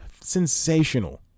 Sensational